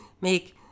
make